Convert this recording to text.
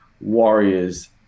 warriors